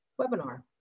webinar